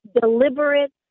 deliberate